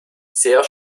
sehr